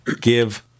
give